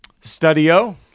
studio